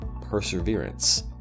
perseverance